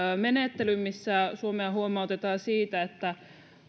menettelyn missä suomea huomautetaan siitä että